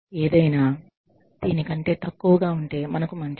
ఏదైనా దీని కంటే తక్కువగా ఉంటే మనకు మంచిది